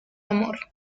amor